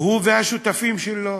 הוא והשותפים שלו.